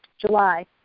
July